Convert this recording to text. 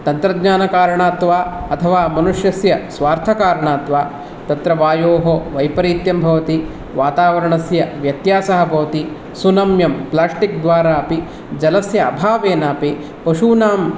तन्त्रज्ञानकारणात् वा अथवा मनुष्यस्य स्वार्थकारणात् वा तत्र वायोः वैपरीत्यं भवति वातावरणस्य व्यत्यासः भवति सुनम्यं प्लेस्टिक् द्वारा अपि जलस्य अभावेन अपि पशूनां